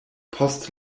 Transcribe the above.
post